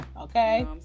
Okay